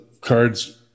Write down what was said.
cards